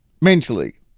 mentally